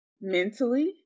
mentally